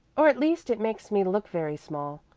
or at least it makes me look very small.